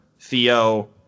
Theo